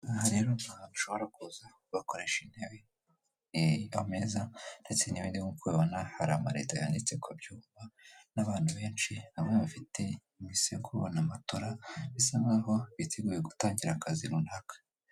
Rero ni ahantu bashobora kuza bakoresha intebe n'ameza ndetse n'ibindi, nkuko ubibona hari ama leta yanditse kubyuma n'abantu benshi aba bafite imisego n'amatora bisa nkaho biteguye gutangira akazi runaka.